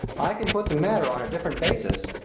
i can put the matter on a different basis.